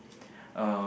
uh